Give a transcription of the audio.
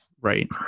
Right